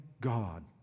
God